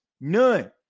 None